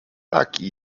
taki